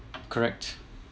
correct